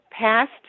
past